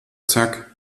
zack